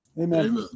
Amen